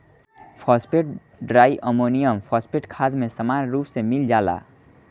phosphate diammonium phosphate खाद में सामान्य रूप से मिल जाला